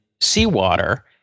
seawater